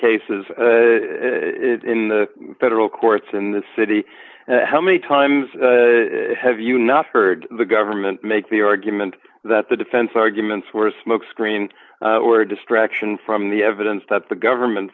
cases in the federal courts in the city how many times have you not heard the government make the argument that the defense arguments were a smokescreen or a distraction from the evidence that the government